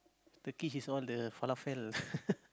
Turkish is all the falafel